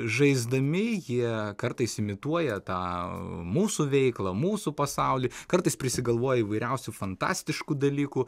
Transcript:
žaisdami jie kartais imituoja tą mūsų veiklą mūsų pasaulį kartais prisigalvoja įvairiausių fantastiškų dalykų